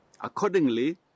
Accordingly